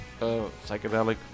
psychedelic